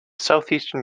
southeastern